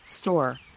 Store